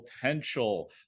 potential